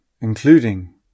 including